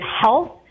health